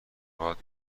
هات